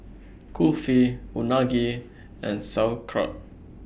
Kulfi Unagi and Sauerkraut